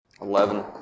eleven